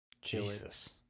Jesus